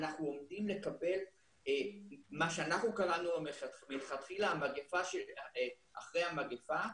אנחנו עומדים לקבל מה שאנחנו קראנו לו מלכתחילה "המגפה שאחרי המגפה",